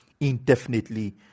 indefinitely